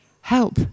Help